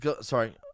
Sorry